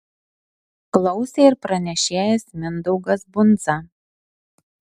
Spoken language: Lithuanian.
klausė ir pranešėjas mindaugas bundza